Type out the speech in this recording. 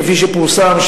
כפי שפורסם,